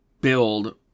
build